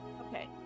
Okay